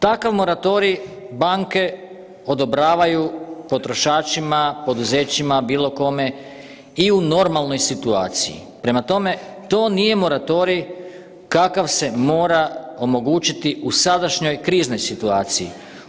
Takav moratorij banke odobravaju potrošačima, poduzećima, bilo kome i u normalnoj situaciji, prema tome to nije moratorij kakav se mora omogućiti u sadašnjoj kriznoj situaciji.